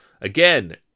Again